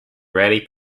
rarely